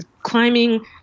climbing